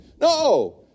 No